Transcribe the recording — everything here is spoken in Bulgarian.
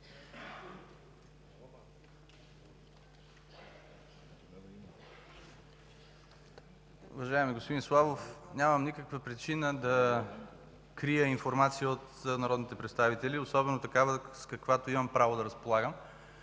Уважаеми господин Славов, нямам никаква причина да крия информация от народните представители, особено такава, с каквато имам право да разполагам.